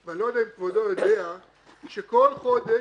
אני לא יודע אם כבודו יודע שבכל חודש